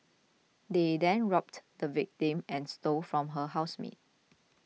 they then robbed the victim and stole from her housemate